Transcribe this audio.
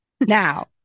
Now